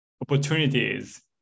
opportunities